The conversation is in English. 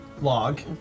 log